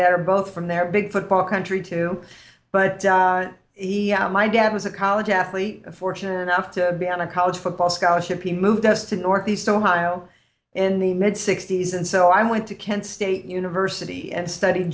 dad are both from there big football country too but he asked my dad was a college athlete fortunate enough to be on a college football scholarship he moved us to northeast ohio in the mid sixty's and so i went to kent state university and stud